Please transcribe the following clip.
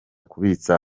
kubitsa